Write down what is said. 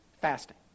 fasting